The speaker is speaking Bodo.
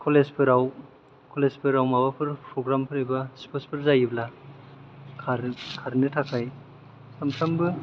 कलेजफोराव माबाफोर फ्रग्राम एबा स्फर्थसफोर जायोब्ला खारनो थाखाय सामफ्रामबो